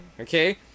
Okay